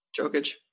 Jokic